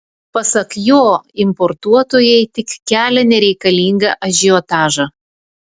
pasak jo importuotojai tik kelia nereikalingą ažiotažą